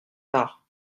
tard